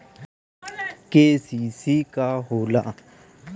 KCC का होला?